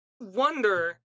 wonder